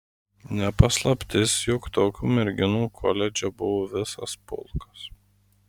ne paslaptis jog tokių merginų koledže buvo visas pulkas